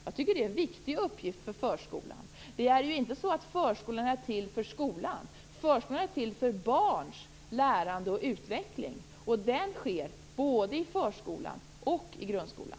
Jag tycker att detta är en viktig uppgift för förskolan. Det är ju inte så att förskollärarna är till för skolan. Förskolan är till för barns lärande och utveckling, och detta sker både i förskolan och i grundskolan.